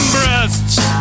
Breasts